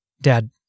Dad